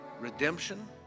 redemption